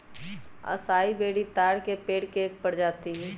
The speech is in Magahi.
असाई बेरी ताड़ के पेड़ के एक प्रजाति हई